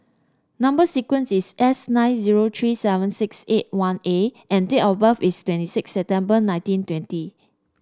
number sequence is S nine zero three seven six eight one A and date of birth is twenty six September nineteen twenty